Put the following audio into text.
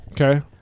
okay